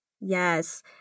Yes